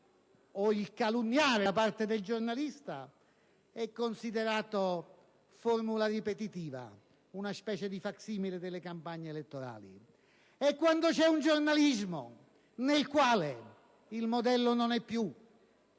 il calunniare da parte del giornalista è considerato formula ripetitiva, una specie di facsimile delle campagne elettorali; c'è un tipo di giornalismo nel quale il modello non è più